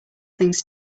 things